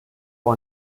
vor